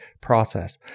process